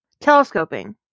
Telescoping